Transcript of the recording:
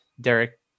derek